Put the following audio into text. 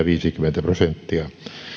viisikymmentä prosenttia